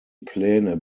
pläne